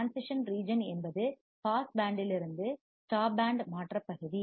transition region என்பது pass பேண்டிலிருந்து stop band மாற்றப்பகுதி